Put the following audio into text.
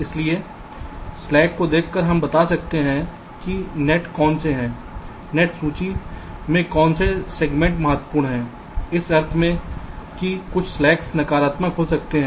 इसलिए स्लैक को देखकर हम बता सकते हैं कि नेट कौन से हैं नेट सूची के कौन से सेगमेंट महत्वपूर्ण हैं इस अर्थ में कि कुछ स्लैक्स नकारात्मक हो सकते हैं